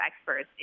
experts